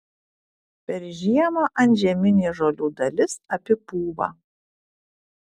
per žiemą antžeminė žolių dalis apipūva